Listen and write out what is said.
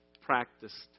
practiced